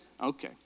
Okay